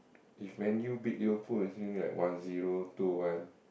if Man-U beat Liverpool usually like one zero two one